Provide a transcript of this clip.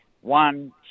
One